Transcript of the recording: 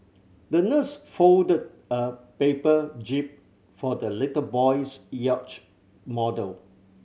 the nurse folded a paper jib for the little boy's yacht model